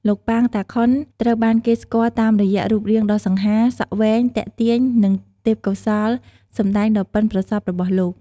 លោក ប៉ាង តាខុន ត្រូវបានគេស្គាល់តាមរយៈរូបរាងដ៏សង្ហា សក់វែង ទាក់ទាញ និងទេពកោសល្យសម្ដែងដ៏ប៉ិនប្រសប់របស់គាត់ ។